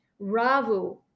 Ravu